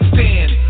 Stand